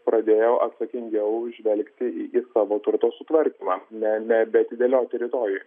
pradėjo atsakingiau žvelgti į savo turto sutvarkymą ne nebeatidėlioti rytojui